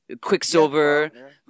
Quicksilver